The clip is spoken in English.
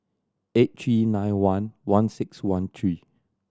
eight three nine one one six one three